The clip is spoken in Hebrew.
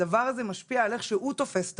הדבר הזה משפיע על איך שהוא תופס את